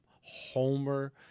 homer